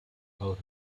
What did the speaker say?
out